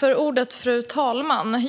Fru talman!